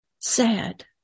sad